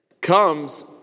comes